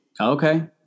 okay